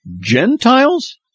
Gentiles